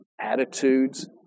attitudes